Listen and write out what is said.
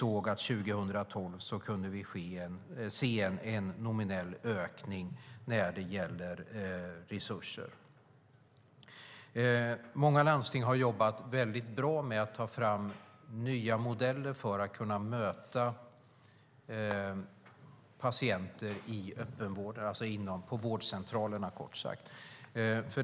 År 2012 kunde vi se en nominell ökning av resurserna. Många landsting har jobbat väldigt bra med att ta fram nya modeller för att kunna möta patienter i öppenvården, alltså på vårdcentralerna.